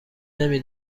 نمی